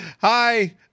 hi